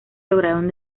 lograron